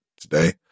today